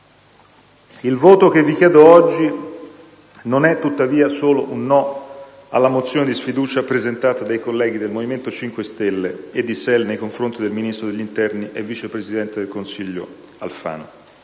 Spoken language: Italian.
il voto che vi chiedo oggi non è tuttavia solo un no alla mozione di sfiducia presentata dai colleghi del Movimento 5 Stelle e di SEL nei confronti del ministro dell'interno e vice presidente del Consiglio Alfano.